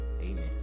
Amen